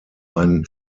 ein